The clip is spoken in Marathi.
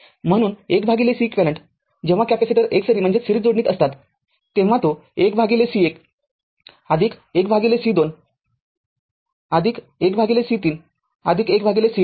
म्हणून १Ceq जेव्हा कॅपेसिटर एकसरी जोडणीत असतात तेव्हातो १C१ १C२ १C३ १ CN